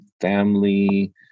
family